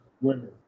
women